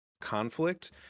conflict